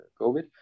COVID